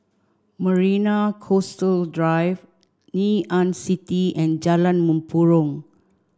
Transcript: Marina Coastal Drive Ngee Ann City and Jalan Mempurong